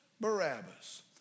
Barabbas